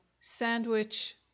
sandwich